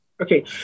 Okay